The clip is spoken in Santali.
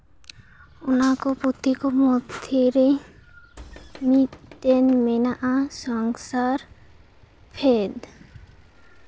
ᱚᱱᱟ ᱠᱚ ᱯᱩᱛᱷᱤ ᱠᱚ ᱢᱚᱫᱽᱫᱷᱮ ᱨᱮ ᱢᱤᱫᱴᱮᱱ ᱢᱮᱱᱟᱜᱼᱟ ᱥᱚᱝᱥᱟᱨ ᱯᱷᱮᱸᱫᱽ